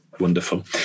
Wonderful